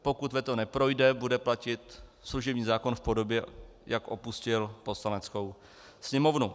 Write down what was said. Pokud veto neprojde, bude platit služební zákon v podobě, jak opustil Poslaneckou sněmovnu.